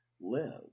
live